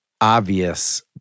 obvious